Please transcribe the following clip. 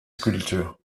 sculptures